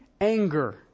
anger